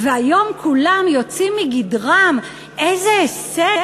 והיום כולם יוצאים מגדרם: איזה הישג.